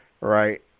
right